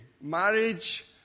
Marriage